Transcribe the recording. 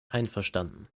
einverstanden